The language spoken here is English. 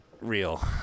Real